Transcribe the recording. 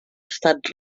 estat